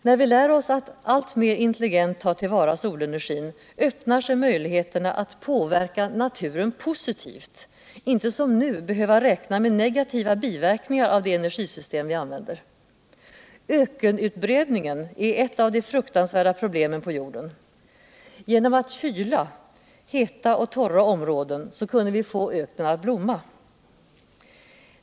När vi lär oss att alltmer intelligent ta till vara solenergin öppnar sig möjligheterna att påverka naturen positivt, inte som nu att behöva räkna med negativa biverkningar av det energisystem vi använder. Ökenutbredningen är ett av de fruktansvärda problemen på jorden. Genom all kyla heta, torra områden kunde vi få öknen att börja blomma.